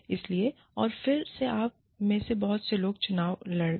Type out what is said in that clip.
इसलिए और फिर से आप में से बहुत से लोग चुनाव लड़ सकते हैं